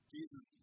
Jesus